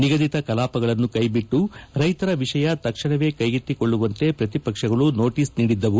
ನಿಗದಿತ ಕಲಾಪಗಳನ್ನು ಕೈಬಿಟ್ಟು ರೈತರ ವಿಷಯ ತಕ್ಷಣವೇ ಕೈಗೆತ್ತಿಕೊಳ್ಳುವಂತೆ ಪ್ರತಿಪಕ್ಷಗಳು ನೋಟೀಸ್ ನೀಡಿದ್ದವು